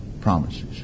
promises